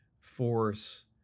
force